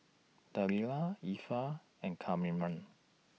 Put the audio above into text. Delila Effa and Kamren